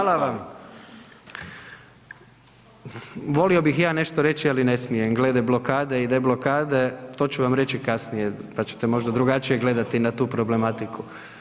Volio bih i ja nešto reći ali ne smijem gleda blokade i deblokade to ću vam reći kasnije pa ćete možda drugačije gledati na tu problematiku.